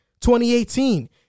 2018